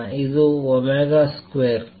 ಇದು omega square